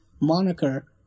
moniker